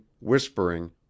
whispering